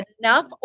enough